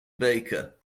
baker